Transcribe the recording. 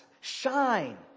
shine